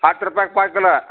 ಹತ್ತು ರೂಪಾಯ್ಗ್ ಪಾವು ಕಿಲೋ